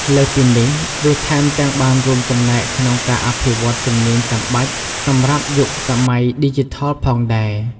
លើសពីនេះ វាថែមទាំងបានរួមចំណែកក្នុងការអភិវឌ្ឍជំនាញចាំបាច់សម្រាប់យុគសម័យឌីជីថលផងដែរ។